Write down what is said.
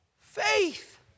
faith